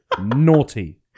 Naughty